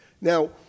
Now